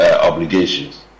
obligations